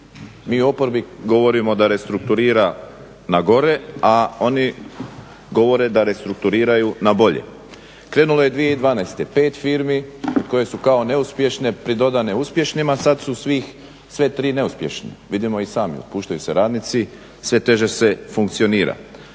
Mi u oporbi govorimo da restrukturira na gore, a oni govore da restrukturiraju na bolje. Krenula je 2012., 5 firmi koje su kao neuspješne, pridodane uspješnima, sad su sve 3 neuspješne, vidimo i sami, otpuštaju se radnici, sve teže se funkcionira.